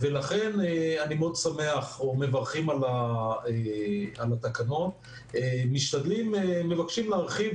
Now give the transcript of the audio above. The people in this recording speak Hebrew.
לכן אנחנו מברכים על התקנות, ומבקשים להרחיב,